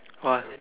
!wah!